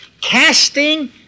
Casting